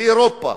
באירופה.